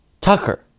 Tucker